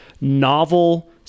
novel